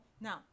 now